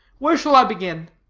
where shall i begin?